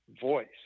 voice